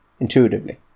intuitively